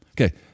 Okay